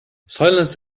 silence